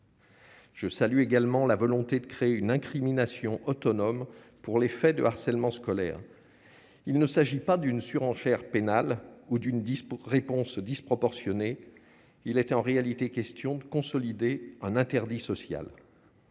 Je salue également la volonté de créer une incrimination autonome pour les faits de harcèlement scolaire, il ne s'agit pas d'une surenchère pénale ou d'une discours réponse disproportionnée, il était en réalité question de consolider un interdit social